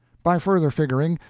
by further figuring,